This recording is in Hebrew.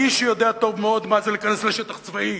האיש שיודע טוב מאוד מה זה להיכנס לשטח צבאי,